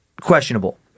Questionable